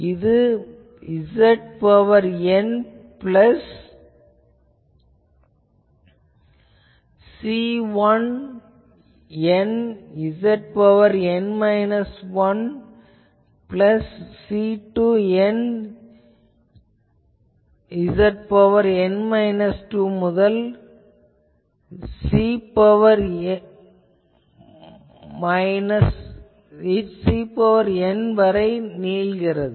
இது ZN plus C1N ZN 1 plus C2N ZN 2 முதல் plus CNN வரை என ஆகிறது